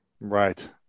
Right